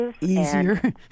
easier